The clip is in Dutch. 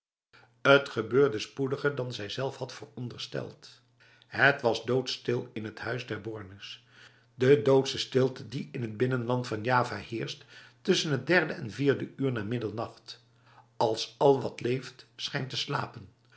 t gebeurde spoediger dan zijzelf had verondersteld het was doodstil in het huis der bornes de doodse stilte die in het binnenland van java heerst tussen het derde en vierde uur na middernacht als al wat leeft schijnt te slapen